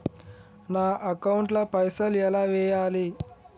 నా అకౌంట్ ల పైసల్ ఎలా వేయాలి?